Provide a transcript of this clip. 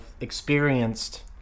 experienced